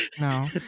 no